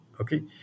okay